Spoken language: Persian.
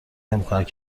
نمیکنند